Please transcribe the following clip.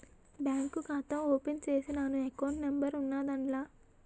bank ఖాతా open చేసినాను account number ఉన్నాద్దాన్ల